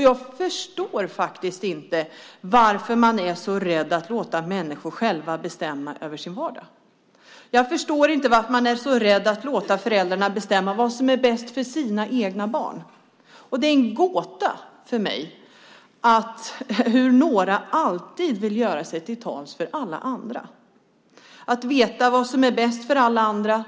Jag förstår faktiskt inte varför man är så rädd för att låta människor själva bestämma över sin vardag. Jag förstår inte varför man är så rädd för att låta föräldrarna bestämma vad som är bäst för de egna barnen. För mig är det en gåta att några alltid vill tala för alla andra och veta vad som i varenda situation är bäst för alla andra